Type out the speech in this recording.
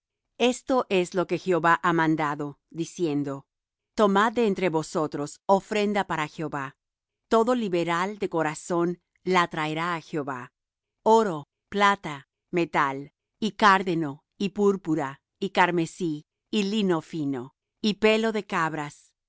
esto es lo que jehová ha mandado diciendo tomad de entre vosotros ofrenda para jehová todo liberal de corazón la traerá á jehová oro plata metal y cárdeno y púrpura y carmesí y lino fino y pelo de cabras